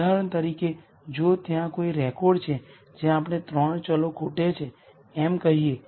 ઉદાહરણ તરીકે જો ત્યાં કોઈ રેકોર્ડ છે જ્યાં આપણે 3 વેરીએબલ્સ ખૂટે છે એમ કહીએ